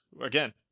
Again